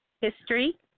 history